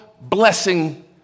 blessing